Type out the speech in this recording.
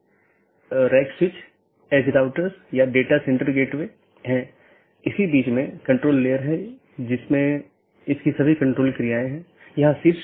इस प्रकार हमारे पास आंतरिक पड़ोसी या IBGP है जो ऑटॉनमस सिस्टमों के भीतर BGP सपीकरों की एक जोड़ी है और दूसरा हमारे पास बाहरी पड़ोसीयों या EBGP कि एक जोड़ी है